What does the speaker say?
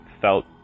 felt